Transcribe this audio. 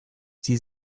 sie